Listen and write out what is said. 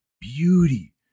beauty